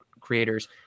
creators